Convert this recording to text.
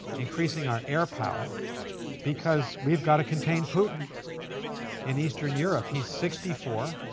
increasing our air power because we've got to contain putin in eastern europe. he's sixty four.